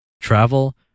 travel